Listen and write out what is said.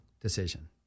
decision